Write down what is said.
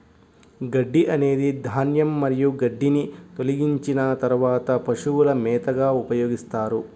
గడ్డి అనేది ధాన్యం మరియు గడ్డిని తొలగించిన తర్వాత పశువుల మేతగా ఉపయోగిస్తారు